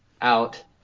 out